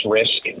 risk